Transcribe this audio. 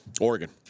Oregon